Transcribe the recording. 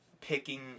picking